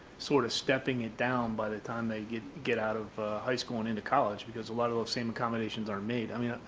sort of stepping it down by the time they get get out of high school and into college, because a lot of those same accommodations are made. i mean,